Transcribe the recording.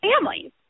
families